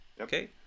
Okay